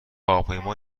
هواپیما